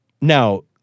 Now